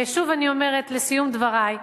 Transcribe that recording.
ושוב, אני אומרת לסיום דברי,